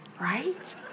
right